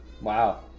Wow